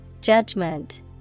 Judgment